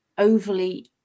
overly